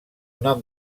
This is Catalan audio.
nom